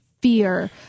fear